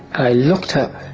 i looked up,